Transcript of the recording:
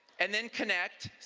and then connect.